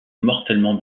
mortellement